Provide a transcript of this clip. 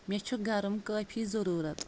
مےٚ چھُ گرم کٲفی ضروٗرت